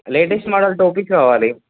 latest model టోపీ కావాలి